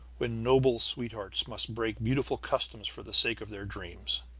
when noble sweethearts must break beautiful customs for the sake of their dreams.